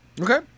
Okay